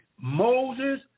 Moses